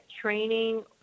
training